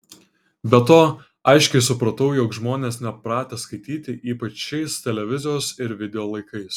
be to aiškiai supratau jog žmonės nepratę skaityti ypač šiais televizijos ir video laikais